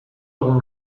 egun